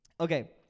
Okay